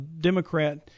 Democrat –